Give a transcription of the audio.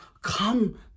come